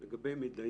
לגבי מידע